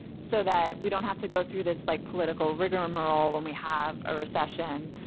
so that we don't have to go through this like political rigmarole when we have a recession,